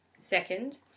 Second